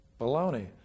Baloney